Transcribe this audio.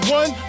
one